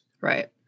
Right